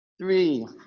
three